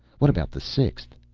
what about the sixth,